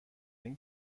این